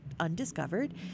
undiscovered